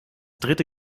dritte